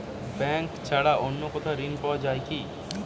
Bank ছাড়া অন্য কোথাও ঋণ পাওয়া যায় কি?